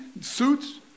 suits